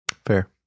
Fair